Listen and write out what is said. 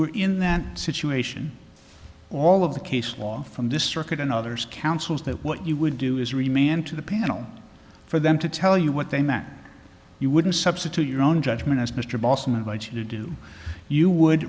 were in that situation all of the case law from this circuit and others counsel is that what you would do is remain to the panel for them to tell you what they matter you wouldn't substitute your own judgment as mr boston invites you to do you would